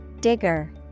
Digger